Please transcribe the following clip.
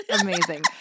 Amazing